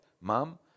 mom